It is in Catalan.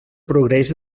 progrés